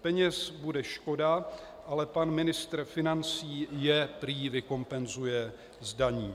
Peněz bude škoda, ale pan ministr financí je prý vykompenzuje z daní.